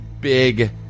big